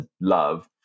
love